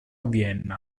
vienna